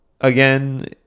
again